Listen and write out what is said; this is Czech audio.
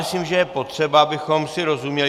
Myslím, že je potřeba, abychom si rozuměli.